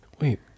wait